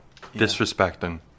disrespecting